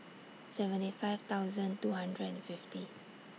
seventy five thousand two hundred and fifty